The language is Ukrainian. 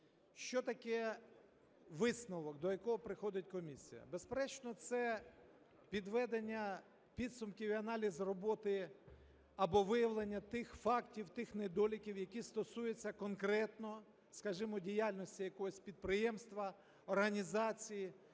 Що таке висновок, до якого приходить комісія? Безперечно, це підведення підсумків і аналіз роботи або виявлення тих фактів, тих недоліків, які стосуються конкретно, скажімо, діяльності якогось підприємства, організації,